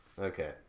Okay